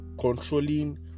controlling